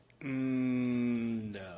No